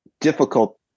difficult